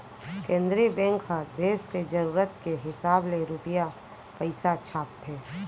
केंद्रीय बेंक ह देस के जरूरत के हिसाब ले रूपिया पइसा छापथे